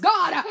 God